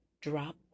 Drop